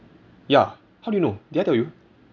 ya how do you know did I tell you